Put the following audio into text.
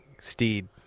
steed